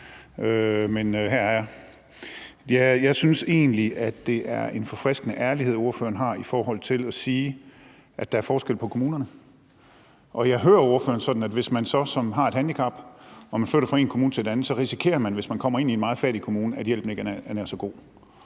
Jeg synes egentlig, at det er en forfriskende ærlighed, ordføreren har i forhold til at sige, at der er forskel på kommunerne. Og jeg hører ordføreren sådan, at hvis man så har et handicap og man flytter fra en kommune til en anden, risikerer man, hvis man kommer ind i en meget fattig kommune, at hjælpen ikke er nær så god.